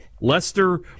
Lester